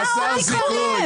--- זה חסר סיכוי.